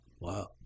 Wow